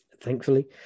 thankfully